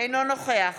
אינו נוכח